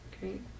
Great